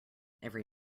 every